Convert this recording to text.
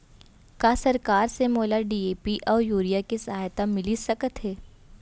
का सरकार से मोला डी.ए.पी अऊ यूरिया के सहायता मिलिस सकत हे?